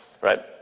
right